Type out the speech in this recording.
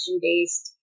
based